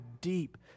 deep